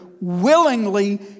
willingly